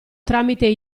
tramite